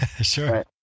Sure